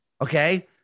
Okay